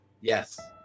Yes